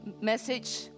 message